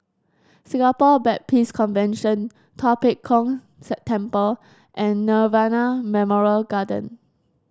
Singapore Baptist Convention Tua Pek Kong September and Nirvana Memorial Garden